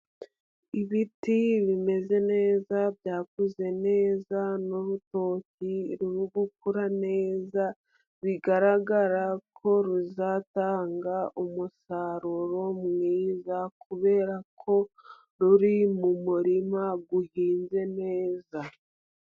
Ibiti bimeze neza, byakuze neza, n'urutoki ruri gukura neza, bigaragara ko ruzatanga umusaruro mwiza, kubera ko ruri mu murima uhinze neza.